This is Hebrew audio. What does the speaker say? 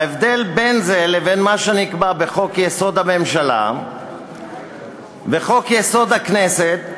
ההבדל בין זה לבין מה שנקבע בחוק-יסוד: הממשלה וחוק-יסוד: הכנסת,